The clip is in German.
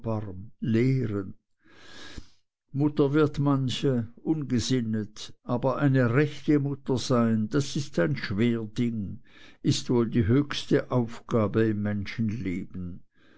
lehren mutter wird manche ungesinnet aber eine rechte mutter sein das ist ein schwer ding ist wohl die höchste aufgabe im menschenleben